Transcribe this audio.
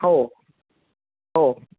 हो हो